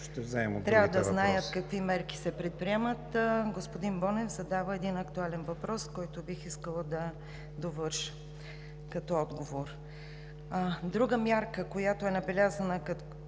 трябва да знаят какви мерки се предприемат. Господин Бонев зададе един актуален въпрос, който бих искала да довърша като отговор. Друга мярка, която е набелязана като